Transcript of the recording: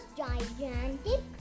gigantic